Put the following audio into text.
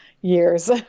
years